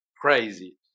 crazy